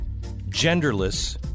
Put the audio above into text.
genderless